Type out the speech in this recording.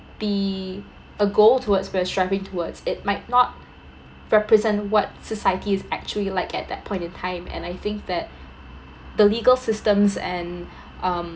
be a goal towards we are striving towards it might not represent what society is actually like at that point in time and I think that the legal systems and um